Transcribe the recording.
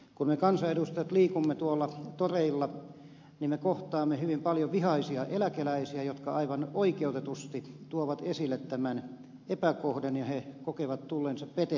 kun me kansanedustajat liikumme tuolla toreilla niin me kohtaamme hyvin paljon vihaisia eläkeläisiä jotka aivan oikeutetusti tuovat esille tämän epäkohdan ja he kokevat tulleensa petetyiksi